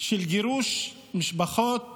לגירוש משפחות מחבלים,